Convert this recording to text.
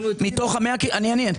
אני אענה.